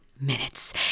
minutes